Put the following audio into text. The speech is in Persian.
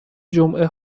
جمعه